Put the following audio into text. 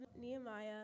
Nehemiah